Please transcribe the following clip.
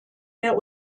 mehr